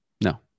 no